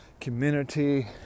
community